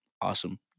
awesome